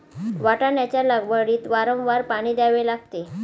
वाटाण्याच्या लागवडीत वारंवार पाणी द्यावे लागते